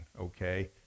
okay